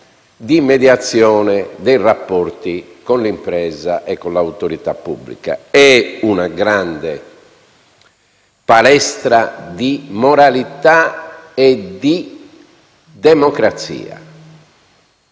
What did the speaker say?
di mediazione dei rapporti con l'impresa e con l'autorità pubblica. È una grande palestra di moralità e democrazia.